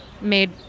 made